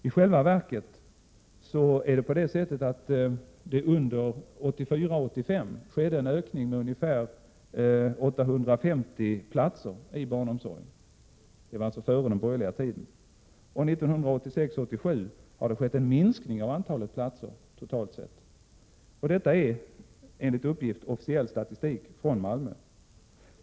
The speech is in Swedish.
I själva verket skedde det under 1984—1985 en ökning med ungefär 850 platser i barnomsorgen. Det var alltså före den borgerliga tiden. 1986—1987 har det skett en minskning av antalet platser totalt sett. Detta är enligt uppgift officiell statistik från Malmö.